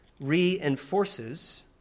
reinforces